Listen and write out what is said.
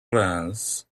glance